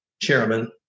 chairman